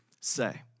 say